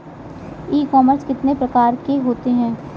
ई commerce कितने प्रकार के होते हैं?